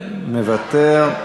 מוותר.